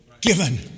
given